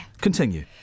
Continue